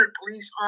police